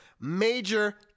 major